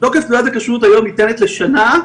תעודת הכשרות היום ניתנת לשנה,